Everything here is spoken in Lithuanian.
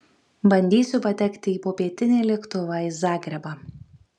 bandysiu patekti į popietinį lėktuvą į zagrebą